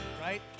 right